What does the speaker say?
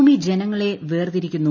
ഭൂമി ജനങ്ങളെ വേർതിരിക്കുന്നു